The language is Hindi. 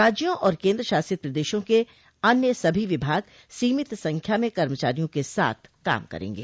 राज्यों और केंद्र शासित प्रदेशों के अन्य सभी विभाग सीमित संख्या में कर्मचारियों के साथ काम करेंगे